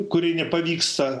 kuriai nepavyksta